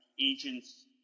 agents